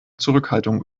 zurückhaltung